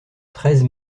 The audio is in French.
treize